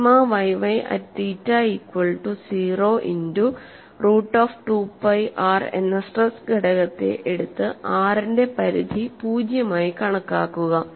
sigma yy at theta equal to zero into root of 2 pi r എന്ന stress ഘടകത്തെ എടുത്തു r ന്റെ പരിധി പൂജ്യമായി കണക്കാക്കുക